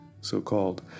so-called